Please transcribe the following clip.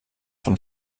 von